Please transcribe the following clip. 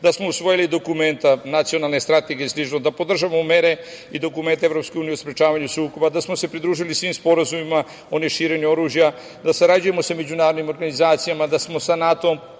da smo usvojili dokumenta nacionalne strategije, da podržavamo mere i dokument EU u sprečavanju sukoba, da smo se pridružili svim sporazumima o neširenju oružja, da sarađujemo sa međunarodnim organizacijama, da sa NATO imamo